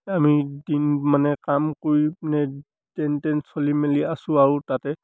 আমি দিন মানে কাম কৰি মানে যেন তেন চলি মেলি আছোঁ আৰু তাতে